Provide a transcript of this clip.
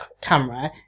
camera